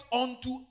unto